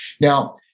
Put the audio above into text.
Now